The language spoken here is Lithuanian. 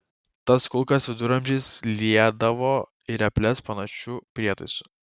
tas kulkas viduramžiais liedavo į reples panašiu prietaisu